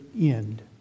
end